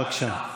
בבקשה.